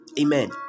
Amen